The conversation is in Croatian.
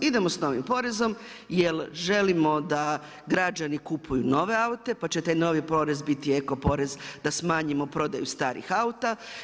Idemo s novim porezom, jer želimo da građani kupuju nove aute, pa će taj novi porez biti eko porez da smanjimo prodaju starih auta.